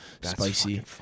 spicy